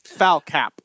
FalCap